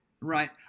Right